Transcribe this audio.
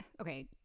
okay